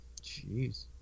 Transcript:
Jeez